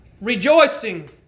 Rejoicing